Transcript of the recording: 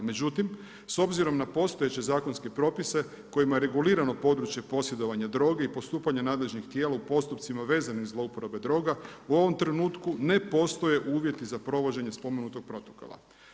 Međutim, s obzirom na postojeće zakonske propise kojima je regulirano područje posjedovanja droge i postupanja nadležnih tijela u postupcima vezanim uz zlouporabe droga, u ovom trenutku ne postoje uvjeti za provođenje spomenutog Protokola.